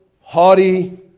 haughty